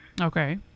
Okay